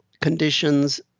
conditions